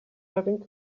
having